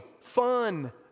fun